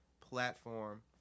platform